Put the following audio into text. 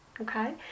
okay